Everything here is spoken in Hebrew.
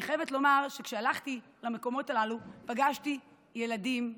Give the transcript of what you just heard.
אני חייבת לומר שכשהלכתי למקומות הללו פגשתי ילדים,